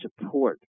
support